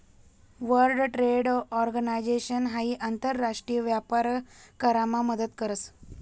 world Trade Organisation हाई आंतर राष्ट्रीय व्यापार करामा मदत करस